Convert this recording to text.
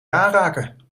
aanraken